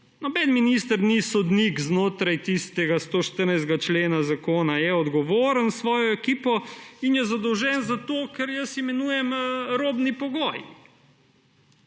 noben minister ni sodnik, znotraj tistega 114. člena Zakona je s svojo ekipo odgovoren in je zadolžen za to, kar jaz imenujem robni pogoj.